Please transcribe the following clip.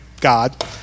God